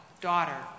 daughter